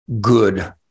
good